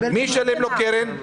מי ישלם לו קרן?